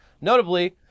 Notably